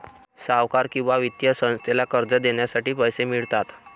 सावकार किंवा वित्तीय संस्थेला कर्ज देण्यासाठी पैसे मिळतात